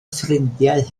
ffrindiau